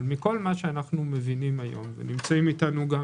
אבל מכל מה שאנחנו מבינים היום ונמצאים אתנו בזום